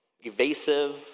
evasive